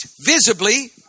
visibly